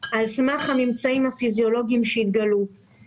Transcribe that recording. על סמך הממצאים הפיזיולוגיים שהתגלו.